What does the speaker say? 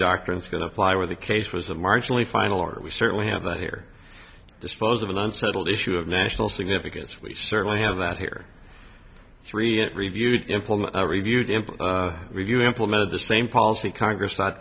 doctrine still apply where the case was a marginally final or we certainly have that here dispose of an unsettled issue of national significance we certainly have that here three it reviewed implement a reviewed in review implemented the same policy congress